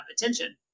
attention